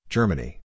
Germany